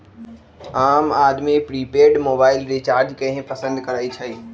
आम आदमी prepaid mobile recharge के ही पसंद करई छई